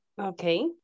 Okay